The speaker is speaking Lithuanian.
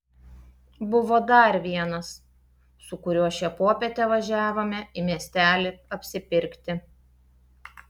buvo dar vienas su kuriuo šią popietę važiavome į miestelį apsipirkti